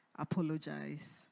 apologize